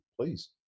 please